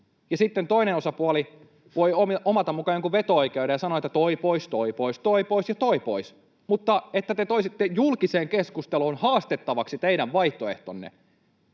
ja sitten toinen osapuoli voi omata muka jonkun veto-oikeuden sanoa, että ”toi pois, toi pois, toi pois ja toi pois”. Mutta sitä, että te toisitte julkiseen keskusteluun haastettavaksi teidän vaihtoehtonne,